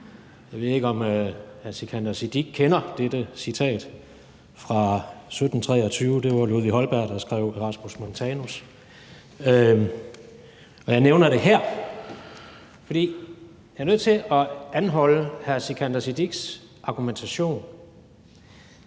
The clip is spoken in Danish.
Jeg ved ikke, om hr. Sikandar Siddique kender dette citat fra 1723. Det var Ludvig Holberg, der skrev »Erasmus Montanus«. Jeg nævner det her, fordi jeg er nødt til at anholde hr. Sikandar Siddiques argumentation.